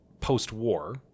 post-war